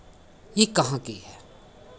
ये कहाँ की है